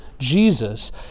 jesus